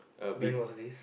when was this